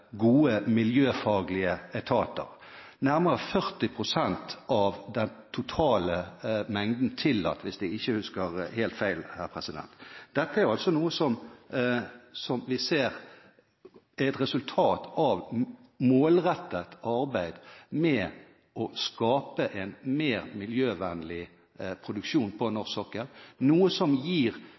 gode miljøfaglige etater – nærmere 40 pst. under den totale tillatte mengden, hvis jeg ikke husker helt feil. Dette er et resultat av målrettet arbeid med å skape en mer miljøvennlig produksjon på norsk sokkel, noe som gir